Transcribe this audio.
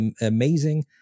amazing